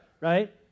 right